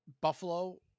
Buffalo